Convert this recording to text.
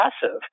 passive